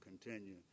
continue